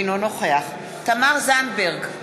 אינו נוכח תמר זנדברג,